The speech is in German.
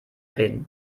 reden